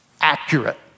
accurate